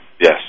Yes